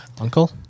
uncle